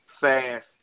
fast